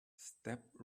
step